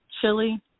chili